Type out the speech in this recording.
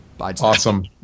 Awesome